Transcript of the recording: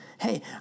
hey